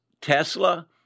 Tesla